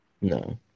No